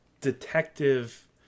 detective